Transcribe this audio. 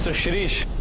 so shirish?